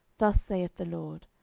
thus saith the lord,